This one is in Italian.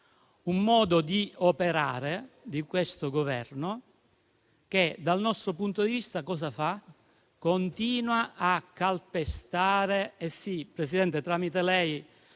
un modo di operare di questo Governo che dal nostro punto di vista, continua a calpestare… Sì, Presidente, tramite lei,